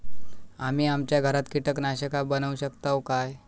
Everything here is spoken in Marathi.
आम्ही आमच्या घरात कीटकनाशका बनवू शकताव काय?